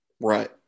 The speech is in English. right